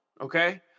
Okay